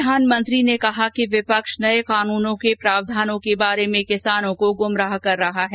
प्रधानमंत्री ने कहा कि विपक्ष नए कानूनों के प्रावधानों के बारे में किसानों को गुमराह कर रही है